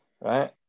Right